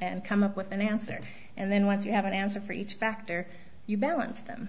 and come up with an answer and then once you have an answer for each factor you balance them